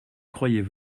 croyait